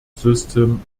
system